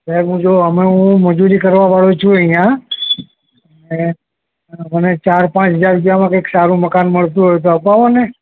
સાહેબ હું જો આમાં હું મજૂરી કરવાવાળો છું અહીંયા અને મને ચાર પાંચ હજાર રુપિયામાં કંઈક સારું મકાન મળતું હોઈ તો અપાવો ને